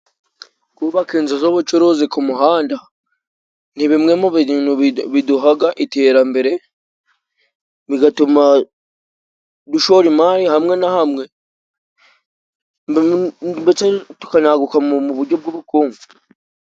Kubaka inzu z'ubucuruzi ku muhanda ni bimwe mubintu biduha iterambere, bigatuma dushora imari hamwe hamwe, ndetse tukanagukagu mu buryo bw'ubukungu.